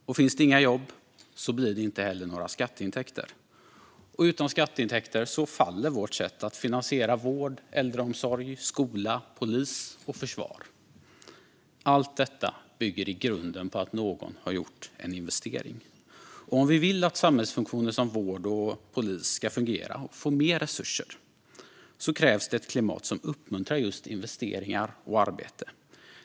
Och finns det inga jobb blir det inte heller några skatteintäkter. Utan skatteintäkter faller vårt sätt att finansiera vård, äldreomsorg, skola, polis och försvar. Allt detta bygger i grunden på att någon har gjort en investering. Om vi vill att samhällsfunktioner som vård och polis ska fungera och få mer resurser krävs det ett klimat som uppmuntrar just investeringar och arbete.